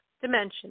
dimension